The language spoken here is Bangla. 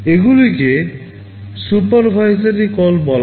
এগুলিকে সুপারভাইজারি কল বলা হয়